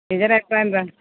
ടീച്ചറെ അഭിപ്രായം എന്താ